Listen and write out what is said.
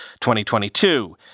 2022